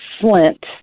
Flint